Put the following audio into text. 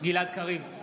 גלעד קריב,